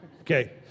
Okay